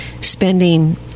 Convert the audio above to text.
spending